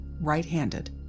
right-handed